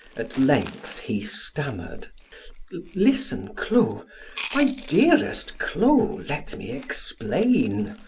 at length he stammered listen clo my dearest clo, let me explain.